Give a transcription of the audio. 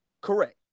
Correct